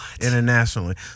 internationally